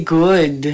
good